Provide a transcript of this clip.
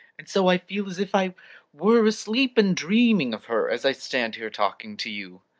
and so i feel as if i were asleep, and dreaming of her as i stand here talking to you.